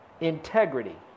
integrity